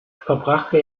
verbrachte